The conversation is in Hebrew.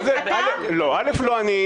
לא אני,